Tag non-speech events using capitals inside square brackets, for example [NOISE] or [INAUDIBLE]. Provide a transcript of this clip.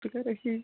[UNINTELLIGIBLE]